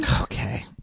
Okay